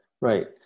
Right